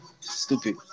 Stupid